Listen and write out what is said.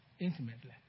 Intimately